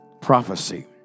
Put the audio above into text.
prophecy